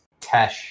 Tesh